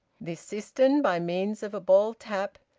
this cistern, by means of a ball-tap,